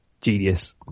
genius